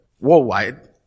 worldwide